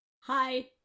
hi